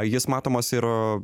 jis matomas ir